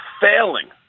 failing